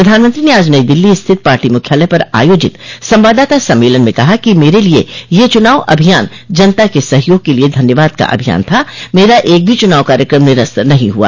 प्रधानमंत्री ने आज नई दिल्ली स्थित पार्टी मुख्यालय पर आयोजित संवाददाता सम्मेलन में कहा कि मेरे लिये यह चुनाव अभियान जनता के सहयोग के लिये धन्यवाद का अभियान था मेरा एक भी चुनाव कार्यक्रम निरस्त नहीं हुआ